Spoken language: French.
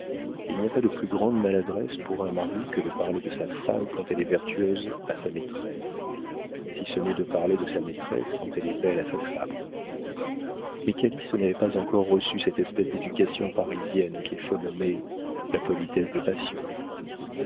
il n'y a pas de plus grande maladresse pour un mari que de parler de sa femme quand elle est vertueuse à sa maîtresse si ce n'est de parler de sa maîtresse quand elle est belle à sa femme mais calyste n'avait pas encore reçu cette espèce d'éducation parisienne qu'il faut nommer la politesse des passions